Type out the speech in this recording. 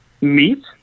Meat